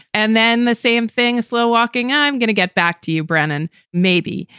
and then the same thing is slow walking. i'm gonna get back to you, brennan. maybe.